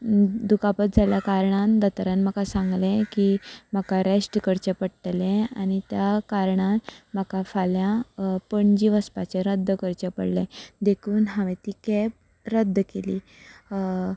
दुखापत जाल्ल्या कारणान दोतरान म्हाका सांगलें की म्हाका रेश्ट करचें पडटलें आनी त्या कारणान म्हाका फाल्यां पणजे वचपाचें रद्द करचें पडलें देखून हांवें ती कॅब रद्द केली